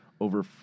over